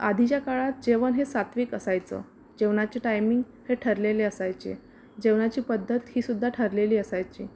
आधीच्या काळात जेवण हे सात्विक असायचं जेवणाचे टायमिंग हे ठरलेले असायचे जेवणाची पद्धत ही सुद्धा ठरलेली असायची